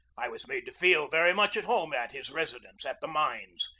i was made to feel very much at home at his residence at the mines,